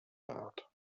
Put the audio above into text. rád